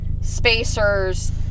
spacers